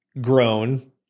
grown